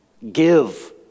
give